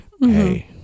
Hey